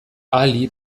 ali